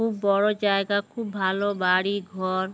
খুব বড়ো জায়গা খুব ভালো বাড়ি ঘর